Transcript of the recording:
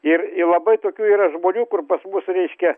ir i labai tokių yra žmonių kur pas mus reiškia